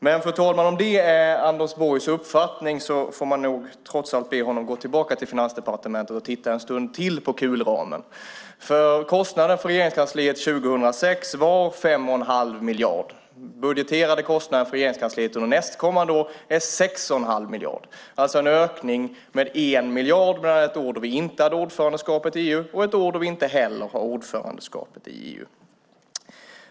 Men, fru talman, om det är Anders Borgs uppfattning får man nog trots allt be honom gå tillbaka till Finansdepartementet och titta en stund till på kulramen. Kostnaden för Regeringskansliet 2006 var 5 1⁄2 miljard. Den budgeterade kostnaden för Regeringskansliet under nästkommande år är 6 1⁄2 miljard, alltså en skillnad och en ökning med 1 miljard mellan ett år då vi inte hade ordförandeskapet i EU och ett år då vi inte heller har ordförandeskapet i EU.